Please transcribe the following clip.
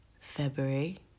February